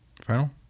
Final